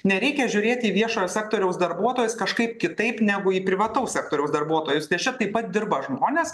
nereikia žiūrėti į viešojo sektoriaus darbuotojus kažkaip kitaip negu į privataus sektoriaus darbuotojus nes čia taip pat dirba žmonės